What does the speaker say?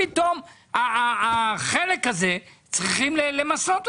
מה פתאום שאת החלק הזה צריך למסות?